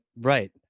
right